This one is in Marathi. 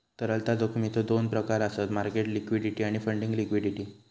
तरलता जोखमीचो दोन प्रकार आसत मार्केट लिक्विडिटी आणि फंडिंग लिक्विडिटी